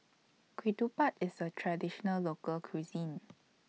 Ketupat IS A Traditional Local Cuisine